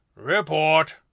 Report